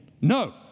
no